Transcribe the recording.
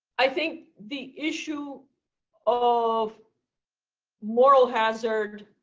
i think the issue of moral hazard